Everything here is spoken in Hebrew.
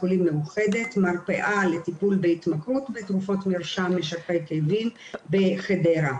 מאוחדת מרפאה לטיפול בהתמכרות בתרופות מרשם משככי כאבים בחדרה.